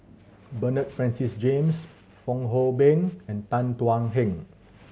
Bernard Francis James Fong Hoe Beng and Tan Thuan Heng